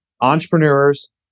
Entrepreneurs